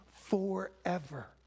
forever